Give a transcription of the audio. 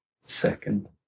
Second